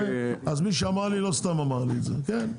אז מי שאמר לי את זה, לא אמר את זה סתם.